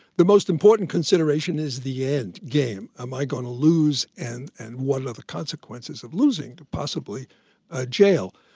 the most important consideration is the end game. am i gonna lose? and and what are the consequences of losing, possibly ah jail.